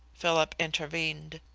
philip intervened.